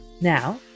Now